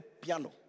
piano